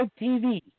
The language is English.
TV